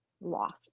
lost